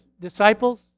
disciples